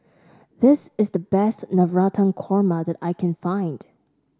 this is the best Navratan Korma that I can find